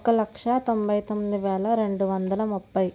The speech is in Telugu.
ఒక లక్షతొంభై తొమ్మిది వేల రెండు వందల ముప్పై